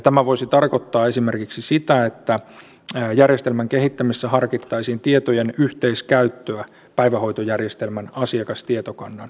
tämä voisi tarkoittaa esimerkiksi sitä että järjestelmän kehittämisessä harkittaisiin tietojen yhteiskäyttöä päivähoitojärjestelmän asiakastietokannan kanssa